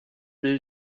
will